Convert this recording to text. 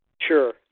Sure